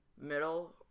middle